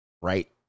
Right